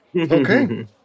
Okay